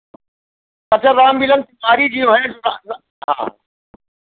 अच्छा राम मिलन तिवारी जो हैं हाँ